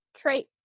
trait